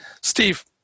Steve